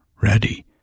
ready